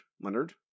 Leonard